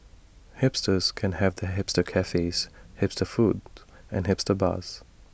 hipsters can have their hipster cafes hipster foods and hipster bars